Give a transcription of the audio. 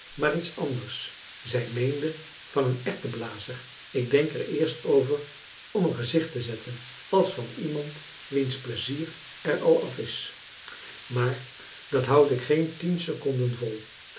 maar iets anders zij meende van een erwtenblazer ik denk er eerst over om een gezicht te zetten als van iemand wiens pleizier er al af is maar dat houd ik geen tien seconden vol